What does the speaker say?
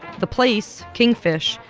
the place, kingfish,